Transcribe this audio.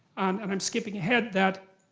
and i'm skipping ahead, that